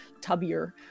tubbier